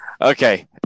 Okay